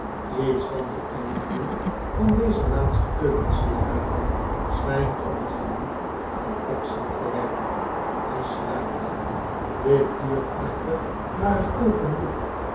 lets van den invloed van deze laatste keukensieraden schijnt op het gemoed van pecksniff te werken hij schreit dit duurt echter maar een oogenblik